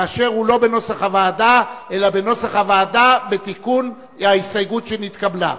כאשר הוא לא בנוסח הוועדה אלא בנוסח הוועדה בתיקון ההסתייגות שנתקבלה.